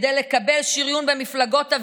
מי שהעדיף כפיים וחיבוק כדי לקבע שריון במפלגות אווירה,